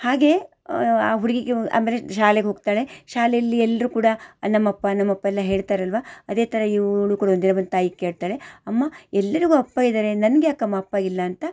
ಹಾಗೇ ಆ ಹುಡುಗೀಗೆ ಅಂದರೆ ಶಾಲೆಗೆ ಹೋಗ್ತಾಳೆ ಶಾಲೆಯಲ್ಲಿ ಎಲ್ಲರೂ ಕೂಡ ನಮ್ಮಪ್ಪ ನಮ್ಮಪ್ಪ ಎಲ್ಲ ಹೇಳ್ತಾರಲ್ಲವಾ ಅದೇ ಥರ ಇವಳು ಕೂಡ ಒಂದು ದಿನ ಬಂದು ತಾಯಿಗೆ ಕೇಳ್ತಾಳೆ ಅಮ್ಮ ಎಲ್ಲರಿಗೂ ಅಪ್ಪ ಇದ್ದಾರೆ ನನ್ಗೆ ಯಾಕಮ್ಮ ಅಪ್ಪ ಇಲ್ಲ ಅಂತ